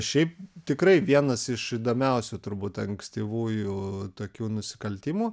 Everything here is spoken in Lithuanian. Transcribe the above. šiaip tikrai vienas iš įdomiausių turbūt ankstyvųjų tokių nusikaltimų